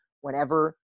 whenever